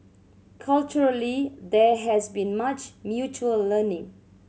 culturally there has been much mutual learning